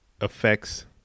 affects